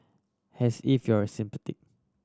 has if you're a sceptic